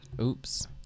Oops